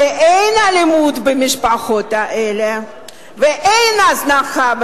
כשאין אלימות במשפחות האלה ואין בהן הזנחה,